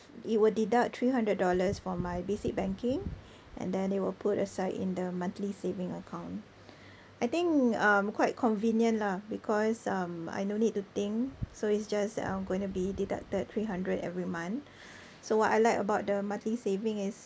it will deduct three hundred dollars from my basic banking and then it will put aside in the monthly saving account I think um quite convenient lah because um I no need to think so it's just uh going to be deducted three hundred every month so what I like about the monthly saving is